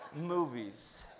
movies